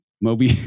Moby